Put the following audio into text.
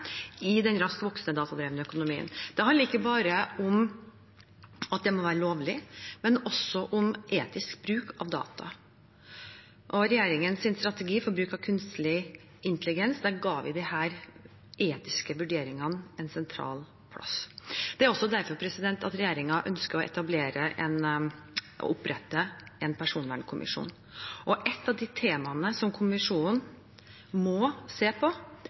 i den raskt voksende datadrevne økonomien. Det handler ikke bare om at det må være lovlig, men også om etisk bruk av data. Og i regjeringens strategi for bruk av kunstig intelligens ga vi disse etiske vurderingene en sentral plass. Det er også derfor regjeringen ønsker å opprette en personvernkommisjon. Og ett av de temaene som kommisjonen må se på,